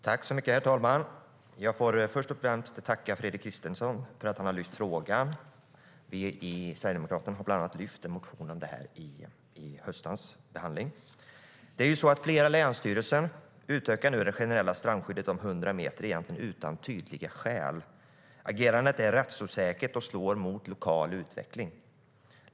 Flera länsstyrelser utökar nu det generella strandskyddet om 100 meter utan tydliga skäl. Agerandet är rättsosäkert och slår mot lokal utveckling.